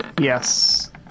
Yes